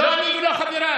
לא אני ולא חבריי.